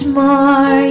more